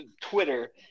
Twitter